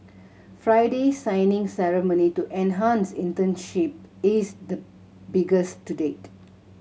Friday's signing ceremony to enhance internship is the biggest to date